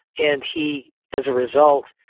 and he, as a result,